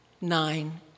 Nine